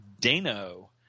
Dano